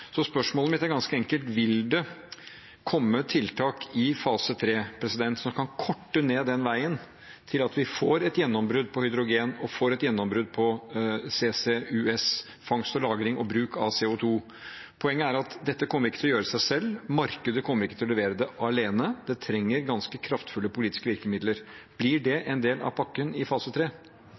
Spørsmålet mitt er ganske enkelt: Vil det komme tiltak i fase 3 som kan korte ned den veien, til vi får et gjennombrudd for hydrogen og et gjennombrudd for CCUS, fangst, lagring og bruk av CO 2 ? Poenget er at dette kommer ikke av seg selv. Markedet kommer ikke til å levere det alene. Det trenger ganske kraftfulle politiske virkemidler. Blir det en del av pakken i fase